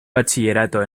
bachillerato